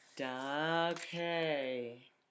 Okay